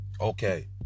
Okay